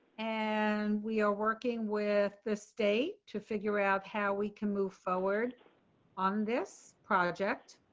and we are working with the state to figure out how we can move forward on this project.